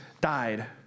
died